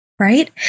right